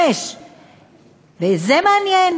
5. זה מעניין,